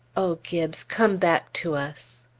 o gibbes, come back to us!